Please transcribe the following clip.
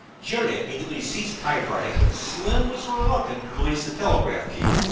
jerry immediately ceased typewriting, but slim was reluctant to release the telegraph key.